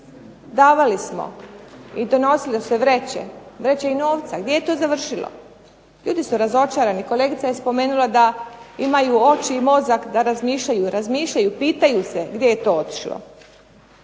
davali smo i donosile su se vreće, vreće i novca. Gdje je to završilo? Ljudi su razočarani. Kolegica je spomenula da imaju oči i mozak da razmišljaju, pitaju se gdje je to otišlo.